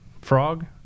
frog